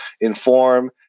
inform